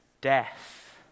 death